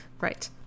Right